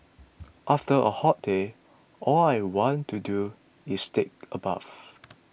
after a hot day all I want to do is take a bath